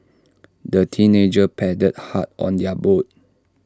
the teenagers paddled hard on their boat